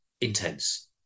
intense